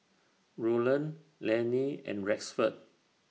Roland Laney and Rexford